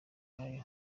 nyayo